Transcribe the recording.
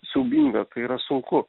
siaubinga tai yra sunku